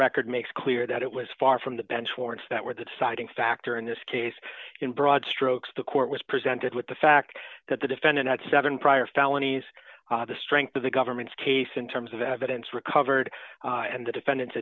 record makes clear that it was far from the bench warrants that were the deciding factor in this case in broad strokes the court was presented with the fact that the defendant had seven prior felonies the strength of the government's case in terms of evidence recovered and the defendant